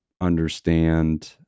understand